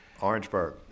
Orangeburg